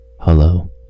Hello